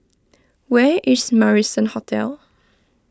where is Marrison Hotel